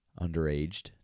underaged